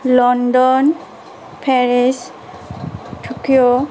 London Paris Tokyo